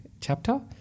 chapter